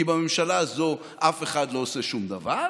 כי בממשלה הזאת אף אחד לא עושה שום דבר,